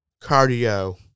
cardio